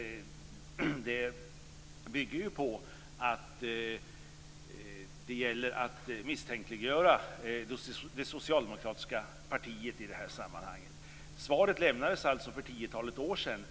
Det bygger på att det gäller att misstänkliggöra det socialdemokratiska partiet i detta sammanhang. Svaret lämnades alltså för tiotalet år sedan.